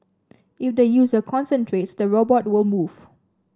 if the user concentrates the robot will move